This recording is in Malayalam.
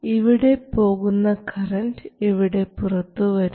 ഇവിടെ പോകുന്ന കറൻറ് ഇവിടെ പുറത്തുവരുന്നു